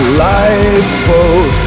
lifeboat